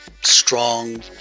strong